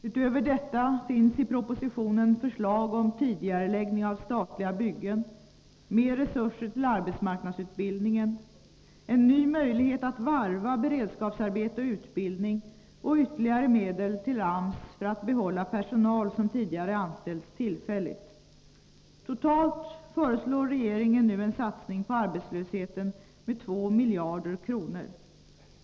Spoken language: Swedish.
Utöver detta finns i propositionen förslag om tidigareläggning av statliga byggen, mer resurser till arbetsmarknadsutbildningen, en ny möjlighet att varva beredskapsarbete och utbildning och ytterligare medel till AMS för att behålla personal som tidigare anställts tillfälligt. Totalt föreslår regeringen nu en satsning på arbetslösheten med 2 miljarder kronor.